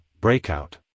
breakout